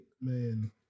man